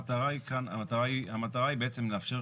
המטרה היא בעצם לאפשר,